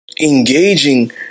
engaging